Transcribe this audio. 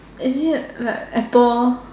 is it like apple